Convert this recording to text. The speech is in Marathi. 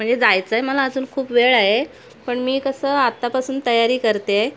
म्हणजे जायचं आहे मला अजून खूप वेळ आहे पण मी कसं आत्तापासून तयारी करते आहे